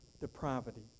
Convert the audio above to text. Depravity